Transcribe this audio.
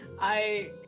I-